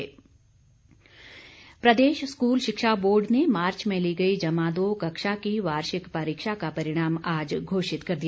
परीक्षा परिणाम प्रदेश स्कूल शिक्षा बोर्ड ने मार्च में ली गई जमा दो कक्षा की वार्षिक परीक्षा का परिणाम आज घोषित कर दिया